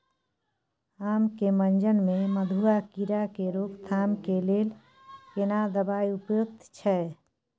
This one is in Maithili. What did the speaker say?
आम के मंजर में मधुआ कीरा के रोकथाम के लेल केना दवाई उपयुक्त छै?